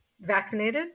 vaccinated